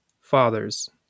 fathers